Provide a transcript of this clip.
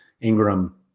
Ingram